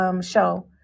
show